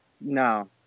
no